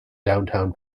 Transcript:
downtown